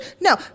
No